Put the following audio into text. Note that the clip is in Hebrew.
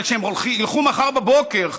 אבל כשהם ילכו מחר בבוקר,